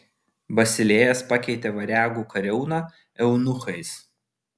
basilėjas pakeitė variagų kariauną eunuchais